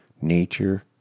nature